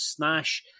snash